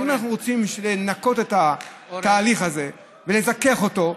ואם אנחנו רוצים לנקות את התהליך הזה ולזכך אותו,